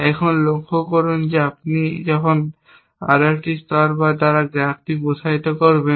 এখন লক্ষ্য করুন যে আপনি যখন আরও একটি স্তর দ্বারা গ্রাফটি প্রসারিত করবেন